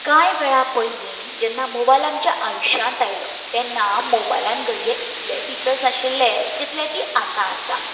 कांय वेळा पयलीं जेन्ना मोबायल आमच्या आयुष्यांत आयलो तेन्ना मोबायलांत घडये इतले फिचर्स नाशिल्ले जितले की आतां आसात